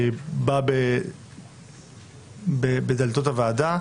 שבא בדלתות הוועדה.